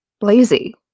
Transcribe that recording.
lazy